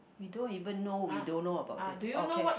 we don't even know we don't know about that okay